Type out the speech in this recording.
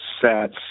sets